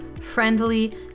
friendly